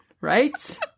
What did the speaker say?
right